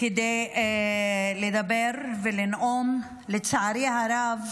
כדי לדבר ולנאום, לצערי הרב